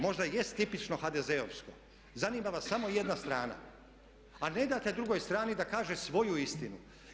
Možda jest tipično HDZ-ovsko, zanima vas samo jedna strana a ne date drugoj strani da kaže svoju istinu.